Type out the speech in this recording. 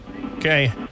Okay